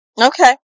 Okay